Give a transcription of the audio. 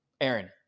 Aaron